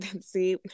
see